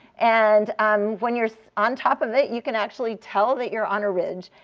and um when you're on top of it, you can actually tell that you're on a ridge.